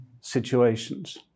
situations